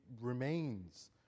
remains